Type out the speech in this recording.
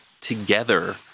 together